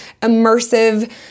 immersive